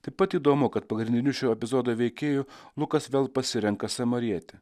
taip pat įdomu kad pagrindiniu šio epizodo veikėju lukas vėl pasirenka samarietę